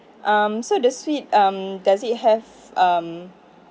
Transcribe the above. um so the suite um does it have um